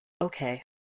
Okay